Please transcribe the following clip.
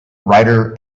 ryder